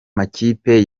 makipe